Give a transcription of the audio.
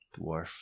Dwarf